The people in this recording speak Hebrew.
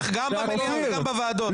גם במליאה וגם בוועדות.